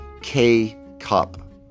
K-cup